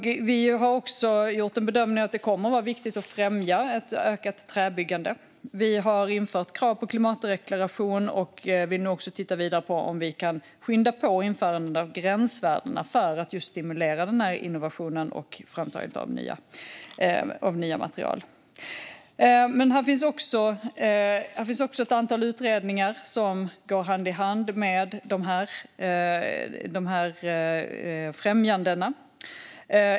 Vi har gjort bedömningen att det kommer att vara viktigt att främja ett ökat träbyggande. Vi har infört krav på klimatdeklaration, och vi tittar nu också vidare på om vi kan skynda på införandet av gränsvärdena för att just stimulera innovationen och framtagandet av nya material. Det finns också ett antal utredningar som går hand i hand med dessa främjanden.